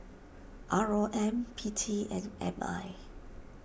R O M P T and M I